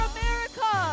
America